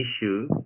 issue